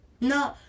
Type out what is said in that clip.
no